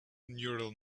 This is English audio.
neural